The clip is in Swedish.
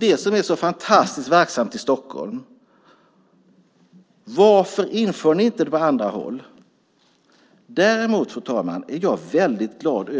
Det som är så fantastiskt verksamt i Stockholm, varför inför ni det inte på andra håll? Jag är väldigt glad